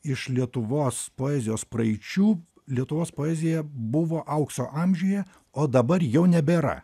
iš lietuvos poezijos praeičių lietuvos poezija buvo aukso amžiuje o dabar jau nebėra